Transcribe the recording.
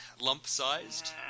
Lump-sized